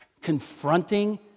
confronting